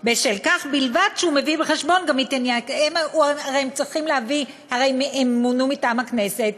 בשל כך בלבד שהוא מביא בחשבון גם את ענייני" הרי הם מונו מטעם הכנסת,